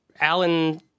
Alan